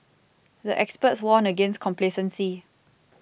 the experts warned against complacency